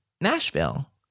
nashville